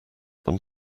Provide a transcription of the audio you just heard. them